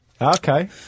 Okay